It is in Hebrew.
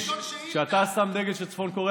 שאתה מממש אותו ברגעים אלה,